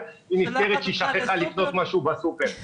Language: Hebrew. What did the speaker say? היא נזכרת שהיא שכחה לקנות משהו בסופר,